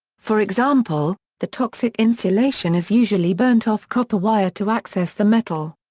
for example, the toxic insulation is usually burnt off copper wire to access the metal.